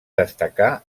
destacà